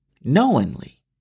Knowingly